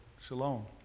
Shalom